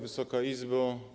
Wysoka Izbo!